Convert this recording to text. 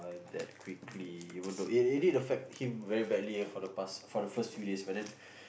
that quickly even though it it did affect him very badly for the past for the first few days but then